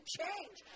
change